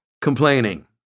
complaining